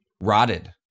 rotted